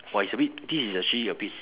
!wah! it's a bit this is actually a bit